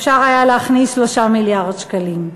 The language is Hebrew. אפשר היה להכניס 3 מיליארד שקלים,